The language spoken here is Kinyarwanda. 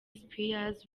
spears